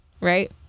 right